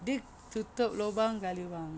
dia tutup lubang gali lubang